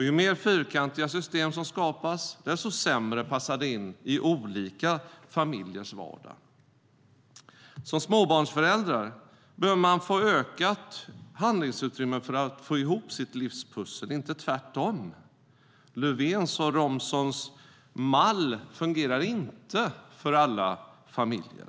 Ju mer fyrkantiga system som skapas, desto sämre passar de in i olika familjers vardag. Som småbarnsförälder behöver man få ökat handlingsutrymme för att få ihop sitt livspussel, inte tvärtom. Löfvens och Romsons mall fungerar inte för alla familjer.